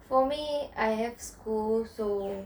for me I have school so